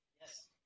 Yes